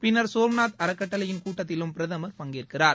பின்னர் சோம்நாத் அறக்கட்டளையின் கூட்டத்திலும் பிரதமர் பங்கேற்கிறார்